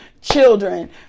children